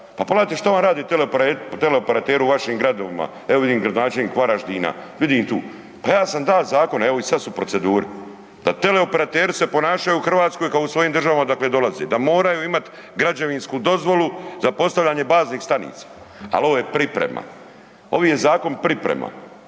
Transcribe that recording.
Pa pogledajte šta vam rade teleoperateri u vašim gradovima, evo vidim gradonačelnik Varaždina, vidim tu, pa ja sam dao zakon, evo i sad su u proceduri, da teleoperateri se ponašaju u Hrvatskoj kao u svojim državama odakle dolaze, da moraju imat građevinsku dozvolu za postavljanje baznih stanica. Ali ovo je priprema. Ovaj je zakon priprema.